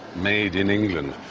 made in england.